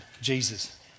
Jesus